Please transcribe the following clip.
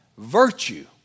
Virtue